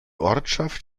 ortschaft